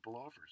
offers